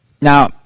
Now